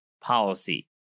policy